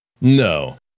No